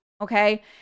Okay